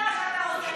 זה מה שאתה עושה,